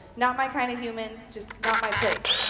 not my kind of humans, just not my place,